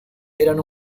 eran